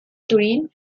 turín